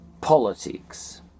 politics